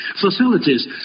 facilities